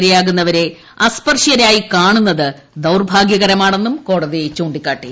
ഇരയാകുന്നവരെ അസ്പർശ്യരായി കാണുന്നത് ദൌർഭാഗ്യകരമാണെന്നും കോടതി ചൂണ്ടിക്കാട്ടി